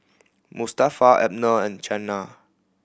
Mustafa Abner and Qiana